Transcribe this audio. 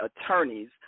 attorneys